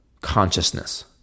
consciousness